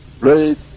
great